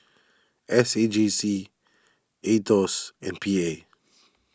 S A J C Aetos and P A